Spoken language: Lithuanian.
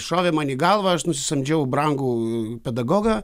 šovė man į galvą aš nusisamdžiau brangų pedagogą